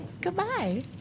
goodbye